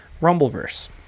Rumbleverse